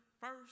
first